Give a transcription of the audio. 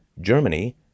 Germany